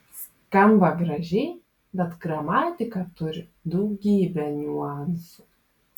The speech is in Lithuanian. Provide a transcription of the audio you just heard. skamba gražiai bet gramatika turi daugybę niuansų